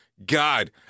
God